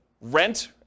rent